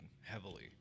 heavily